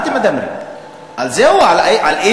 על מה אתם מדברים?